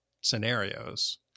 scenarios